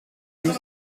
nous